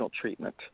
treatment